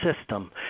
system